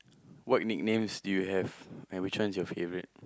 what nicknames do you have and which one is your favourite